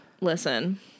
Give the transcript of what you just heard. listen